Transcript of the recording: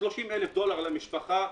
30,000 דולר למשפחה,